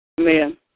Amen